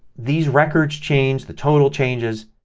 these records change, the total changes,